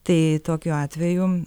tai tokiu atveju